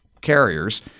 carriers